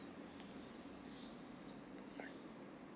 right